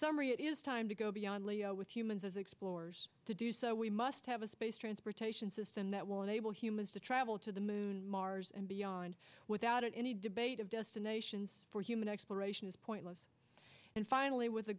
summary it is time to go beyond with humans as explorers to do so we must have a space transportation system that will enable humans to travel to the moon mars and beyond without any debate of destinations for human exploration is pointless and finally with a